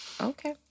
Okay